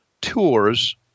tours